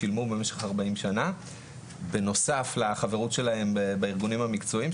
שילמו במשך 40 שנה בנוסף לחברות שלהם בארגונים המקצועיים,